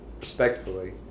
respectfully